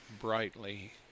brightly